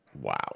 Wow